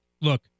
Look